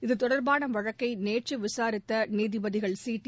இதுதொடர்பாள வழக்கை நேற்று விசாரித்த நீதிபதிகள் சிடி